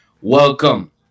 welcome